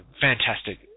Fantastic